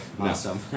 Awesome